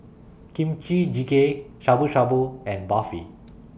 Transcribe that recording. Kimchi Jjigae Shabu Shabu and Barfi